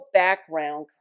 background